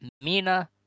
Mina